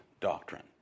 doctrine